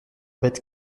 bêtes